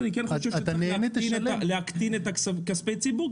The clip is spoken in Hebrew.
אני כן חושב שצריך להקטין את כספי הציבור,